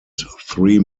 three